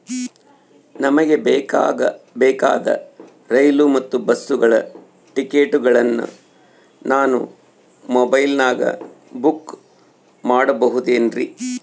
ನಮಗೆ ಬೇಕಾದ ರೈಲು ಮತ್ತ ಬಸ್ಸುಗಳ ಟಿಕೆಟುಗಳನ್ನ ನಾನು ಮೊಬೈಲಿನಾಗ ಬುಕ್ ಮಾಡಬಹುದೇನ್ರಿ?